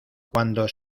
cuando